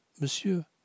Monsieur